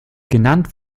genannt